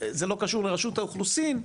קשור לראשות האוכלוסין,